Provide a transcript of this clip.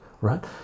right